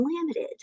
limited